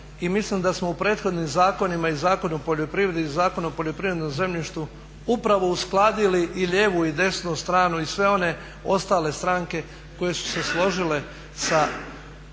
mislim da smo u prethodnim zakonima i Zakon o poljoprivredi i Zakon o poljoprivrednom zemljištu upravo uskladili i lijevu i desnu stranu i sve one ostale stranke koje su se složile sa